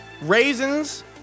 raisins